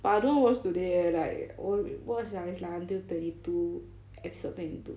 but I don't want to watch today eh like w~ watch liao is like until twenty two episode twenty two